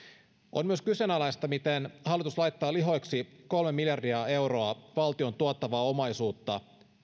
on myös kyseenalaista miten hallitus laittaa lihoiksi kolme miljardia euroa valtion tuottavaa omaisuutta